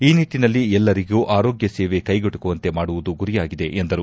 ಈ ನಿಟ್ಟಿನಲ್ಲಿ ಎಲ್ಲರಿಗೂ ಆರೋಗ್ಯ ಸೇವೆ ಕೈಗೆಟುಕುವಂತೆ ಮಾಡುವುದು ಗುರಿಯಾಗಿದೆ ಎಂದರು